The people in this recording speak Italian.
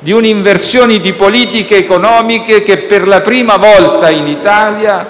di un'inversione di politiche economiche che, per la prima volta in Italia,